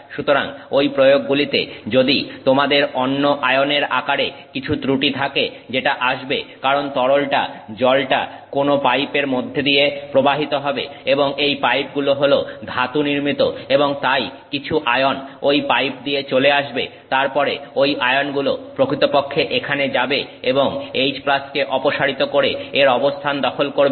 সুতরাং ঐ প্রয়োগগুলিতে যদি তোমাদের অন্য আয়নের আকারে কিছু ত্রুটি থাকে যেটা আসবে কারণ তরলটা জলটা কোন পাইপের মধ্যে দিয়ে প্রবাহিত হবে এবং এই পাইপগুলো হল ধাতুনির্মিত এবং তাই কিছু আয়ন ঐ পাইপ দিয়ে চলে আসবে তারপরে ঐ আয়নগুলো প্রকৃতপক্ষে এখানে যাবে এবং H কে অপসারিত করে এর অবস্থান দখল করবে